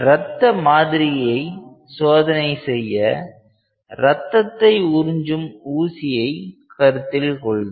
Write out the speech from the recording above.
ரத்த மாதிரியை சோதனை செய்ய ரத்தத்தை உறிஞ்சும் ஊசியை கருத்தில் கொள்க